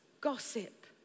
gossip